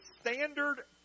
standard